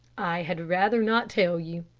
i had rather not tell you.